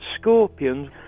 scorpions